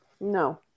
No